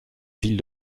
ville